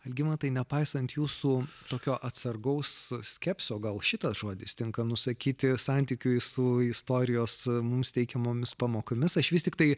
algimantai nepaisant jūsų tokio atsargaus skepsio gal šitas žodis tinka nusakyti santykiui su istorijos mums teikiamomis pamokomis aš vis tiktai